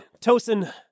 Tosin